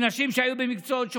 נשים שהיו במקצועות שוחקים.